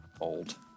Old